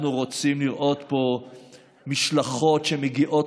אנחנו רוצים לראות פה משלחות שמגיעות